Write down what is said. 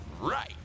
Right